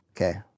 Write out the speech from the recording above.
Okay